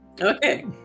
Okay